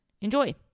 Enjoy